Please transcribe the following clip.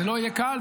זה לא יהיה קל.